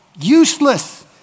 useless